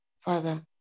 Father